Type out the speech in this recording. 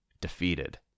defeated